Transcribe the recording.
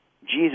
Jesus